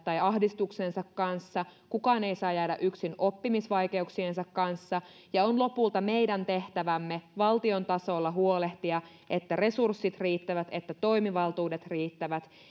tai ahdistuksensa kanssa kukaan ei saa jäädä yksin oppimisvaikeuksiensa kanssa ja on lopulta meidän tehtävämme valtion tasolla huolehtia että resurssit riittävät että toimivaltuudet riittävät